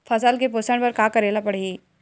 फसल के पोषण बर का करेला पढ़ही?